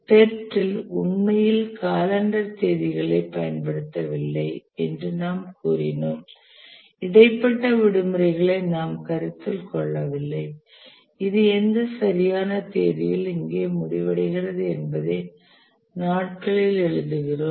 PERT இல் உண்மையில் calendar தேதிகளைப் பயன்படுத்தவில்லை என்று நாம் கூறினோம் இடைப்பட்ட விடுமுறைகளை நாம் கருத்தில் கொள்ளவில்லை இது எந்த சரியான தேதியில் இங்கே முடிக்கிறது என்பதை நாட்களில் எழுதுகிறோம்